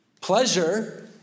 Pleasure